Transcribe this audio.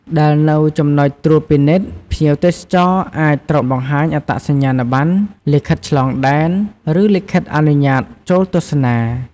ដែលនៅ ចំណុចត្រួតពិនិត្យ ភ្ញៀវទេសចរណ៍អាចត្រូវបង្ហាញអត្តសញ្ញាណប័ណ្ណ លិខិតឆ្លងដែន ឬលិខិតអនុញ្ញាត ចូលទស្សនា។